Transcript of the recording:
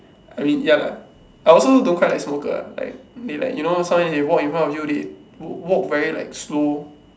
I mean ya lah I also don't quite like smokers lah like they like you know sometimes they walk in front of you they walk very like slow